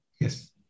Yes